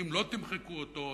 אם לא תמחקו אותו,